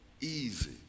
easy